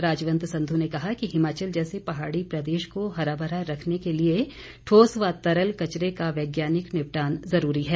राजवंत संधु ने कहा कि हिमाचल जैसे पहाड़ी प्रदेश को हरा भरा रखने के लिए ठोस व तरल कचरे का वैज्ञानिक निपटान जरूरी है